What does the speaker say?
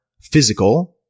physical